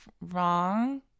wrong